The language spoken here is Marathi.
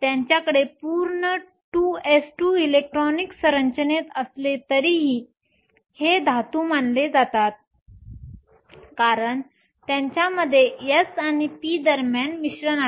त्यांच्याकडे पूर्ण 2s2 इलेक्ट्रॉनिक सरंचनेत असले तरीही ते धातू मानले जातात कारण त्यांच्यामध्ये s आणि p दरम्यान मिश्रण आहेत